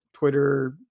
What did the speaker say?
Twitter